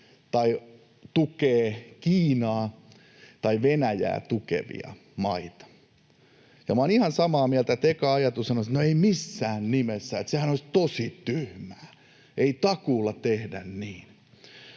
tai tukee, Kiinaa, tai Venäjää tukevia maita? Ja minä olen ihan samaa mieltä, että eka ajatushan on siinä, että ei missään nimessä, että sehän olisi tosi tyhmää, ei takuulla tehdä niin.